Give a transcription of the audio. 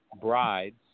Brides